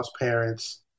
parents